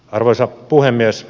arvoisa puhemies